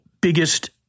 biggest